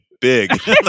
big